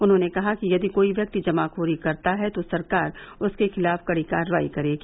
उन्होंने कहा कि यदि कोई व्यक्ति जमाखोरी करता है तो सरकार उसके खिलाफ कड़ी कार्रवाई करेगी